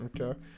Okay